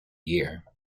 year